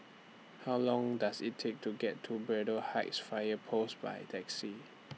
How Long Does IT Take to get to Braddell Heights Fire Post By Taxi